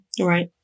Right